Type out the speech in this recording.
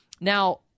Now